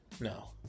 No